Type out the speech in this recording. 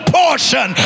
portion